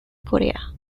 corea